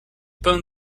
peint